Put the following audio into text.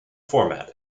format